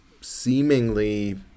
seemingly